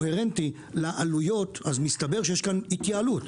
קוהרנטי לעלויות, אז מסתבר שיש כאן התייעלות.